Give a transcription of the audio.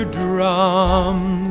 drums